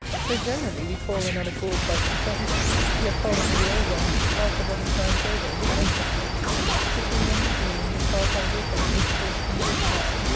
so, generally, we call another cause by consent yet fall into the old one half a dozen times over, without consent quitting and resuming, with half-angry faces, forced into a smile,